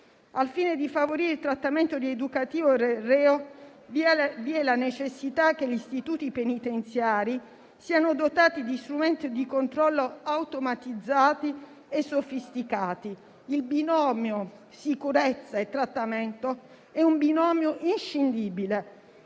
Al fine di favorire il trattamento rieducativo del reo, vi è la necessità che gli istituti penitenziari siano dotati di strumenti di controllo automatizzati e sofisticati. Il binomio sicurezza e trattamento è un binomio inscindibile.